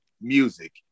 music